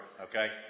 okay